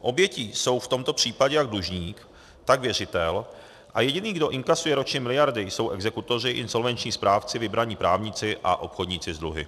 Obětí jsou v tomto případě jak dlužník, tak věřitel a jediný, kdo inkasuje ročně miliardy, jsou exekutoři, insolvenční správci, vybraní právníci a obchodníci s dluhy.